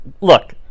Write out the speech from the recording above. look